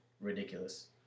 ridiculous